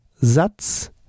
Satz